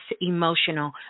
emotional